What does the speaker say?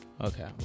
Okay